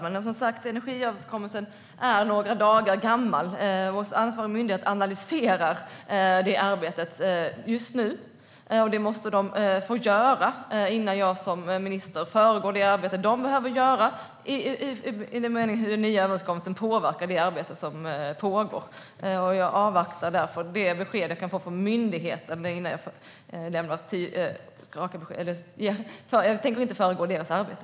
Herr talman! Energiöverenskommelsen är som sagt några dagar gammal. Ansvarig myndighet analyserar arbetet just nu. Det måste de få göra innan jag som minister föregriper vad de behöver göra när det gäller hur den nya överenskommelsen påverkar det arbete som pågår. Jag avvaktar det besked jag kan få från myndigheten och tänker inte föregripa deras arbete.